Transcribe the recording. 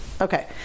Okay